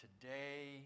Today